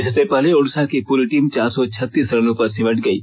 इससे पहले ओड़िषा की पूरी टीम चार सौ छत्तीस रनों पर सिमट गयी